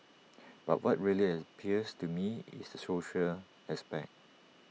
but what really appeals to me is the social aspect